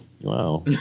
wow